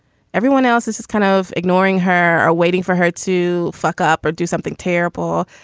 everyone else, this is kind of ignoring her or waiting for her to fuck up or do something terrible.